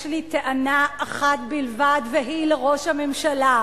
יש לי טענה אחת בלבד, והיא לראש הממשלה.